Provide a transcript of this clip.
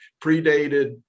predated